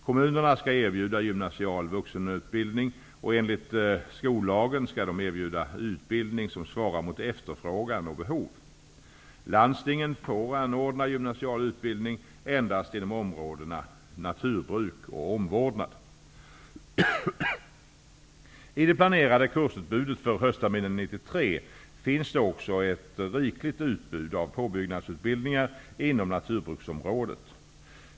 Kommunerna skall erbjuda gymnasial vuxenutbildning, och enligt skollagen skall de erbjuda utbildning som svarar mot efterfrågan och behov. Landstingen får anordna gymnasial utbildning endast inom områdena naturbruk och omvårdnad. finns det också ett rikligt utbud av påbyggnadsutbildningar inom naturbruksområdet.